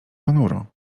ponuro